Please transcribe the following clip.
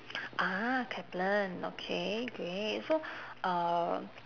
ah kaplan okay great so uh